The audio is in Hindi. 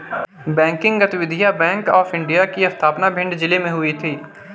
बैंकिंग गतिविधियां बैंक ऑफ इंडिया की स्थापना भिंड जिले में हुई थी